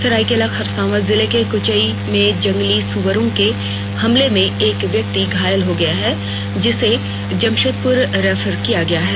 सरायकेला खरसांवा जिले के कुचाई में जंगली सुअरों के हमले में एक व्यक्ति घायल हो गया है जिसे जमशेदपुर रेफर किया गया है